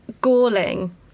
galling